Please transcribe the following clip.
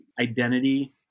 identity